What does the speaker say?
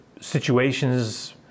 situations